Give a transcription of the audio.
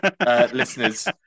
listeners